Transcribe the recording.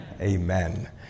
Amen